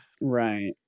Right